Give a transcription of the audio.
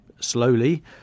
slowly